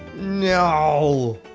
no!